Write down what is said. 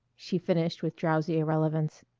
she finished with drowsy irrelevance.